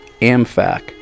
AmFAC